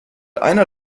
einer